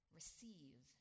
receive